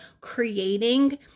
creating